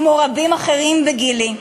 כמו רבים אחרים בגילי,